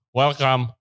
welcome